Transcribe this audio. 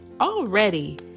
already